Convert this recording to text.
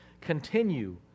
continue